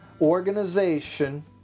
organization